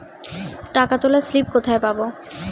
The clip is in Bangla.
টাকা তোলার স্লিপ কোথায় পাব?